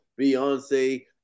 Beyonce